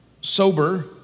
sober